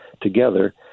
together